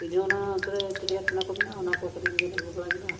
ᱤᱧ ᱦᱚᱸ ᱚᱱᱟ ᱚᱱᱛᱮᱨᱮ ᱪᱤᱲᱤᱭᱟ ᱠᱷᱟᱱᱟ ᱠᱚ ᱢᱮᱱᱟᱜᱼᱟ ᱚᱱᱟ ᱠᱚ ᱠᱟᱹᱴᱤᱡ ᱤᱧ ᱧᱮᱞ ᱟᱹᱜᱩ ᱵᱟᱲᱟ ᱧᱚᱜᱟ